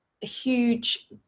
huge